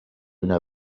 una